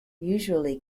usually